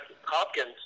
Hopkins